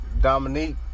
Dominique